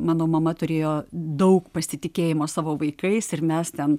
mano mama turėjo daug pasitikėjimo savo vaikais ir mes ten